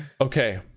Okay